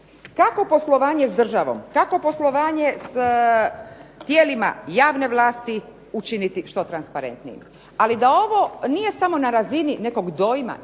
Kako poslovanje s državom, kako poslovanje s tijelima javne vlasti učiniti što transparentnijim? Ali da ovo nije samo na razini nekog dojma